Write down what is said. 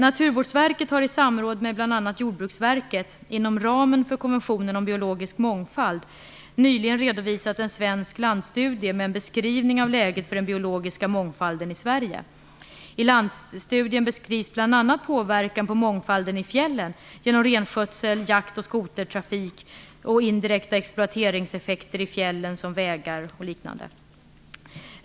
Naturvårdsverket har i samråd med bl.a. Jordbruksverket, inom ramen för konventionen om biologisk mångfald, nyligen redovisat en svensk landsstudie med en beskrivning av läget för den biologiska mångfalden i Sverige. I landsstudien beskrivs bl.a. påverkan på mångfalden i fjällen genom renskötsel, jakt och skotertrafik samt indirekta exploateringseffekter i fjällen som vägar och liknande.